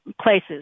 places